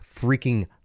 freaking